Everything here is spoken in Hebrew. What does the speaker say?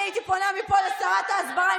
אני הייתי פונה מפה לשרת ההסברה,